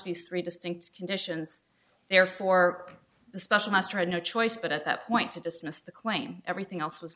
these three distinct conditions therefore the special master had no choice but at that point to dismiss the claim everything else was